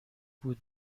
بود